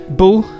bull